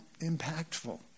impactful